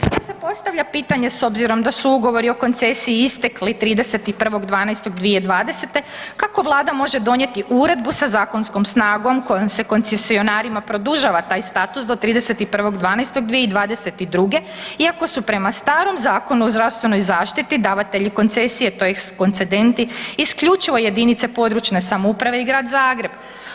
Sada se postavlja pitanje s obzirom da su ugovori o koncesiji istekli 31. 12. 2020., kako Vlada može donijeti uredbu sa zakonskom snagom kojom se koncesionarima produžava taj status do 31. 12. 2022. iako su prema starom Zakonu o zdravstvenoj zaštiti davatelji koncesije tj. koncedenti, isključivo jedinice područne samouprave i Grad Zagreb?